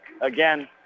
Again